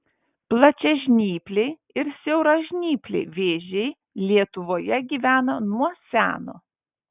plačiažnypliai ir siauražnypliai vėžiai lietuvoje gyvena nuo seno